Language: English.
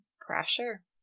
pressure